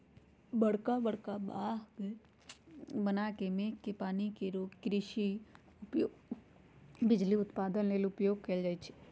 बरका बरका बांह बना के मेघ के पानी के रोक कृषि उपयोग, बिजली उत्पादन लेल उपयोग कएल जाइ छइ